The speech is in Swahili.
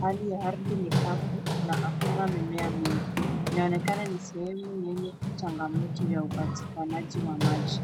Hali ya ardhi ni kafu na hakuna mimea mingi. Inaoneka ni sehemu yenye changamoto ya upatikanaji wa maji.